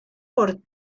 por